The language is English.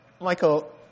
Michael